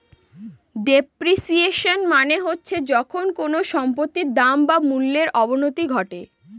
depreciation মানে হচ্ছে যখন কোনো সম্পত্তির দাম বা মূল্যর অবনতি ঘটে